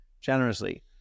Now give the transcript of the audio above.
generously